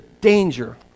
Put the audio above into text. danger